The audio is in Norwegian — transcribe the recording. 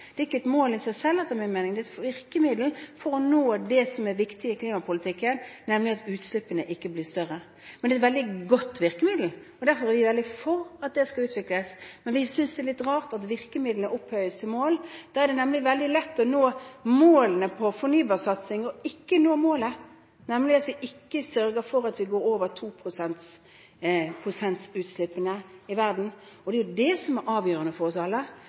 er et virkemiddel og ikke et mål i seg selv, etter min mening. Det er et virkemiddel for å nå det som er viktig i klimapolitikken, nemlig at utslippene ikke blir større. Det er et veldig godt virkemiddel, og derfor er vi veldig for at det skal utvikles. Men vi synes det er litt rart at virkemidlene opphøyes til mål. Da er det nemlig veldig lett å nå målene for fornybarsatsing, men ikke nå målet, nemlig at vi sørger for at vi ikke går over toprosentsutslippene i verden. Det er det som er avgjørende for oss alle,